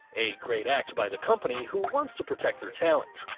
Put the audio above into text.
a great act by the company who wants to protect their talent.